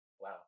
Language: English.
Wow